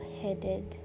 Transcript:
headed